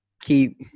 keep